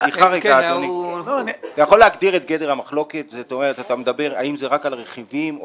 זאת אומרת, האם אתה מדבר רק על הרכיבים?